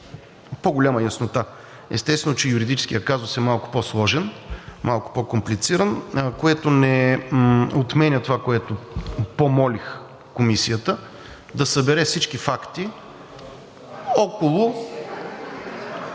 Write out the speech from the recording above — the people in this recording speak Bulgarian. по голяма яснота. Естествено, че юридическият казус е малко по сложен, малко по-комплициран, което не отменя това, което помолих Комисията – да събере всички факти около…